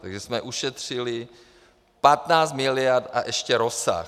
Takže jsme ušetřili 15 miliard a ještě rozsah.